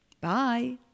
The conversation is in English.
Bye